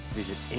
visit